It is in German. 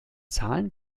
zahlen